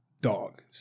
dog